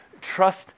Trust